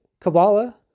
Kabbalah